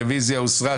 הרוויזיה הוסרה.